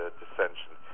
dissension